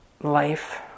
life